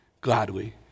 gladly